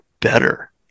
better